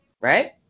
right